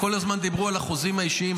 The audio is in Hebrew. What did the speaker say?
כל הזמן דיברו על החוזים האישיים.